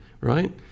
right